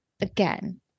again